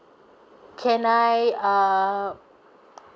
can I um